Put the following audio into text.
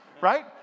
Right